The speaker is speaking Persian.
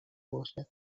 باشد